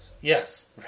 Yes